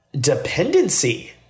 dependency